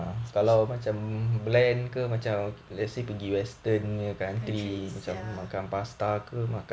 ya